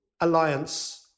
alliance